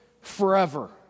forever